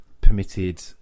permitted